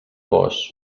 cos